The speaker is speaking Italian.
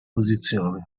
posizione